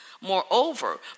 Moreover